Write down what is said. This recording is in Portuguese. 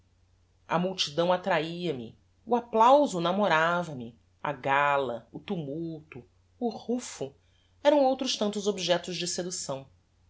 a multidão attrahia me o applauso namorava me a gala o tumulto o rufo eram outros tantos objectos de seducção